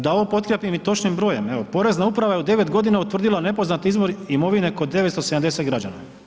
Da ovo potkrijepim i točnim brojem, evo porezna uprava je u 9 godina utvrdila nepoznati izvor imovine kod 970 građana.